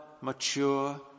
mature